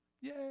Yay